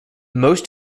most